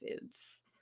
foods